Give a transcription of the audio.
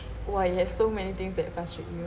!wah! you have so many things that frustrate you